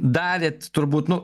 darėt turbūt nu